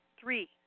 Three